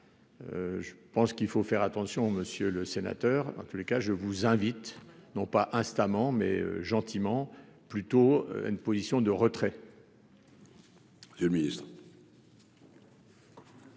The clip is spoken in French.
Je pense qu'il faut faire attention, monsieur le sénateur, en tous les cas, je vous invite non pas instamment mais gentiment plutôt une position de retraite. Le ministre.